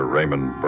Raymond